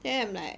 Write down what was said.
then I'm like